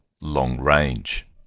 long-range